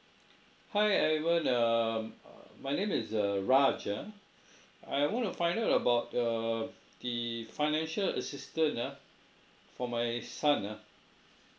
hi ivan err my name is uh raj ah I want to find out about err the financial assistance ah for my son ah